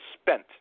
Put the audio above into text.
spent